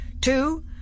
Two